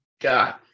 God